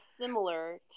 similar